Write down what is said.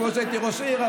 כמו שהייתי ראש עיר,